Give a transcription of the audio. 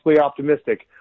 optimistic